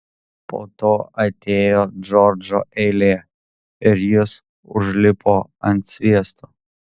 po to atėjo džordžo eilė ir jis užlipo ant sviesto